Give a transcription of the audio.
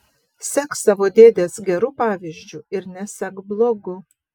sek savo dėdės geru pavyzdžiu ir nesek blogu